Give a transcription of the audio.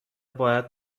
باید